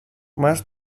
más